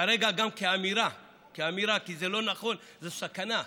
כרגע גם כאמירה, כי זה לא נכון, זו סכנה.